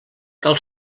cal